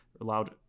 allowed –